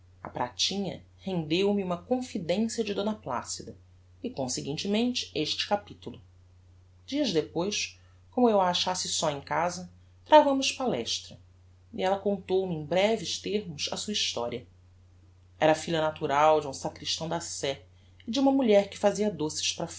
a pratinha rendeu me uma confidencia de d placida e conseguintemente este capitulo dias depois como eu a achasse só em casa travámos palestra e ella contou-me em breves termos a sua historia era filha natural de um sacristão da sé e de uma mulher que fazia doces para